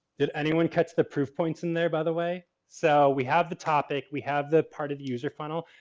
did anyone catch the proof points in there by the way? so, we have the topic, we have the parted user funnel,